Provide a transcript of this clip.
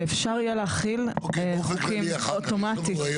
שאפשר יהיה להחיל חוקים אוטומטית.